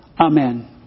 Amen